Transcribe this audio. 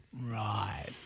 Right